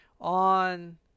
On